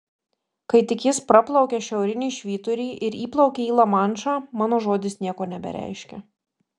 kai tik jis praplaukia šiaurinį švyturį ir įplaukia į lamanšą mano žodis nieko nebereiškia